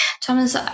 Thomas